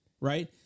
right